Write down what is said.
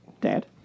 Dad